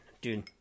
Dude